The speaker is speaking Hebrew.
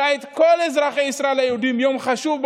אלא את כל אזרחי ישראל היהודים: יום חשוב,